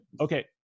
Okay